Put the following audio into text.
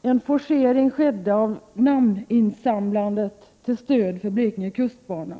till en forcering av namninsamlandet till stöd för Blekinge kustbana.